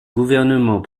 gouvernement